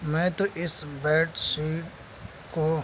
میں تو اس بیڈ شیٹ کو